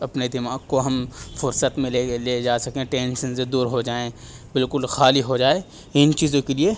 اپنے دماغ کو ہم فرصت میں لے لے جا سکیں ٹینسن سے دور ہو جائیں بالکل خالی ہو جائے ان چیزوں کے لیے